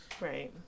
Right